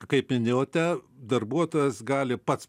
kaip minėjote darbuotojas gali pats